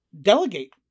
delegate